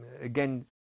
again